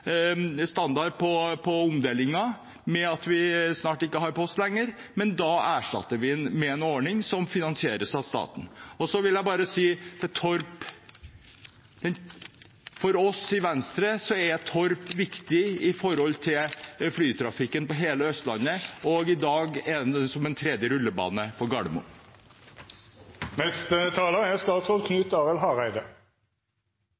standard på omdelingen, vi har jo snart ikke post lenger, men vi erstatter det med en ordning som finansieres av staten. Så vil jeg bare si noe om Torp. For oss i Venstre er Torp viktig for flytrafikken på hele Østlandet, og er i dag som en tredje rullebane for